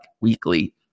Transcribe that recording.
weekly